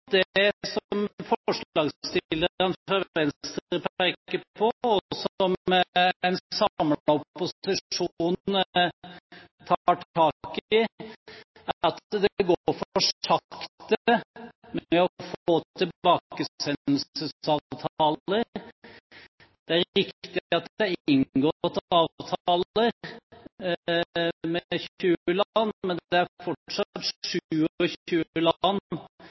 det som forslagsstillerne fra Venstre peker på, og som en samlet opposisjon tar tak i, at det går for sakte med å få tilbakesendelsesavtaler. Det er riktig at det er inngått avtaler med 20 land, men det er fortsatt